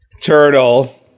turtle